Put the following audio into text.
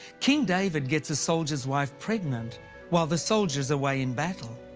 king david gets a soldier's wife pregnant while the soldier's away in battle.